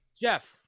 Jeff